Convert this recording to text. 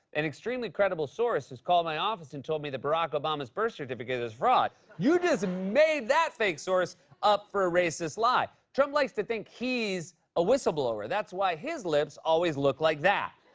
an extremely credible source has called my office and told me that barack obama's birth certificate is a fraud. you just made that fake source up for a racist lie. trump likes to think he's a whistleblower. that's why his lips always look like that.